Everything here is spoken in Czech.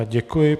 Děkuji.